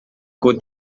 coup